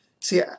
See